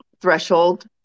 threshold